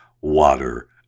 water